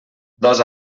dos